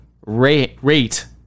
rate